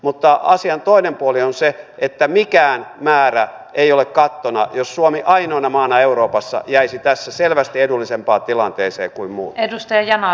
mutta asian toinen puoli on se että mikään määrä ei ole kattona jos suomi ainoana maana euroopassa jäisi tässä selvästi edullisempaan tilanteeseen kuin muut